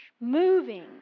moving